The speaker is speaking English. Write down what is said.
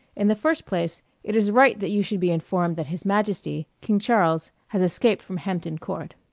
in the first place, it is right that you should be informed that his majesty, king charles, has escaped from hampton court.